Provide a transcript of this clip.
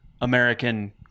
American